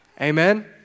Amen